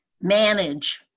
manage